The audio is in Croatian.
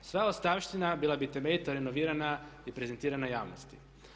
Sva ostavština bila bi temeljito renovirana i prezentirana javnosti.